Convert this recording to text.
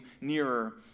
nearer